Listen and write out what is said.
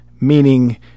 meaning